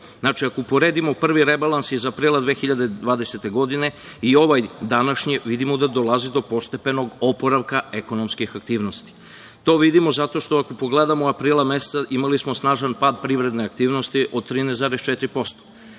ako uporedimo prvi rebalans iz aprila 2020. godine i ovaj današnji, vidimo da dolazi do postepenog oporavka ekonomske aktivnosti. Ako pogledamo, aprila meseca imali smo snažan pad privredne aktivnosti od 13,4%